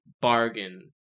bargain